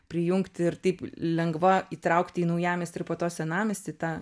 prijungti ir taip lengva įtraukti į naujamiestį ir po to senamiestį tą